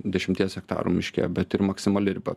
dešimties hektarų miške bet ir maksimali riba